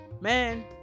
Man